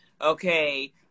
okay